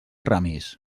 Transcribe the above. ramis